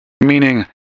meaning